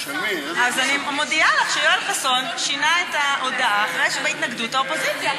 אני מודיעה לך שיואל חסון שינה את ההודעה להתנגדות האופוזיציה.